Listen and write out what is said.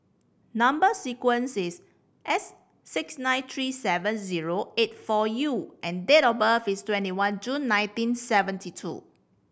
number sequence is S six nine three seven zero eight four U and date of birth is twenty one June nineteen seventy two